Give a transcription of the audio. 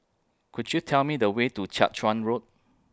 Could YOU Tell Me The Way to Jiak Chuan Road